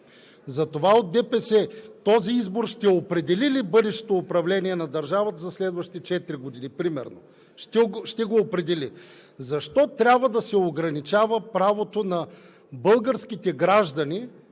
Затова от ДПС питаме: този избор ще определи ли бъдещото управление на държавата за следващите четири години примерно? Ще го определи! Защо трябва да се ограничава правото на българските граждани